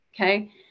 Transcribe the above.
okay